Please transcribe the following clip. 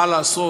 מה לעשות,